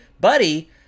buddy